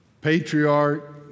patriarch